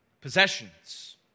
possessions